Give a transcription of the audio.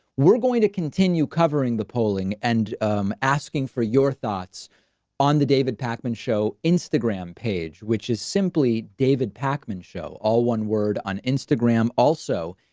we're going to continue covering the polling and asking for your thoughts on the david pakman show, instagram page, which is simply david pakman show all one word on instagram. also,